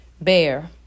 Bear